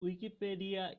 wikipedia